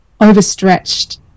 overstretched